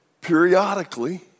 periodically